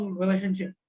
relationship